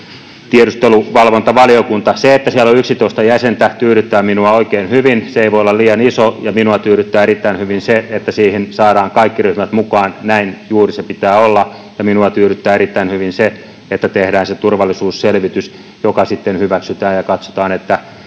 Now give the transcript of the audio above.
tiedusteluvalvontavaliokunta. Se, että siellä on 11 jäsentä, tyydyttää minua oikein hyvin. Se ei voi olla liian iso. Ja minua tyydyttää erittäin hyvin se, että siihen saadaan kaikki ryhmät mukaan. Näin juuri sen pitää olla. Ja minua tyydyttää erittäin hyvin se, että tehdään se turvallisuusselvitys, joka sitten hyväksytään, ja katsotaan, että